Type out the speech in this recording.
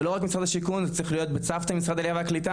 זה לא רק משרד השיכון זה צריך להיות בצוותא עם משרד העלייה והקליטה,